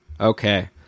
okay